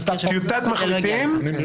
התזכיר שפורסם, וזה לא הגיע לכאן.